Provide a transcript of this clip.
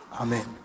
Amen